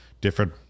different